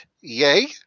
yay